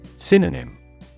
Synonym